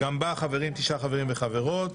גם בה חברים תשעה חברים וחברות.